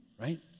right